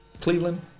Cleveland